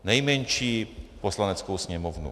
Nejmenší v Poslaneckou sněmovnu.